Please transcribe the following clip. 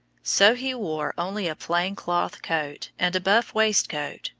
so he wore only a plain cloth coat and a buff waistcoat,